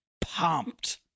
pumped